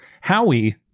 howie